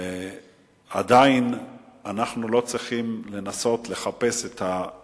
עדיין אנחנו לא צריכים לנסות לחפש או